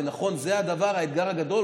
נכון, זה הדבר, האתגר הגדול.